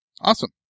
Awesome